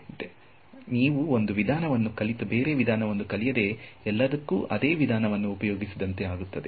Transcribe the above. ಅದೇ ರೀತಿ ನೀವು ಒಂದು ವಿಧಾನವನ್ನು ಕಲಿತು ಬೇರೆ ವಿಧಾನವನ್ನು ಕಲಿಯದೆ ಎಲ್ಲದಕ್ಕೂ ಅದೇ ವಿಧಾನವನ್ನು ಉಪಯೋಗಿಸಿದಂತೆ ಆಗುತ್ತದೆ